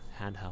Handheld